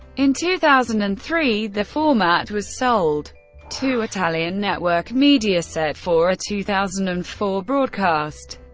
in two thousand and three the format was sold to italian network mediaset for a two thousand and four broadcast.